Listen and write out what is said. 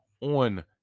on